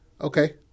okay